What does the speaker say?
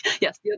yes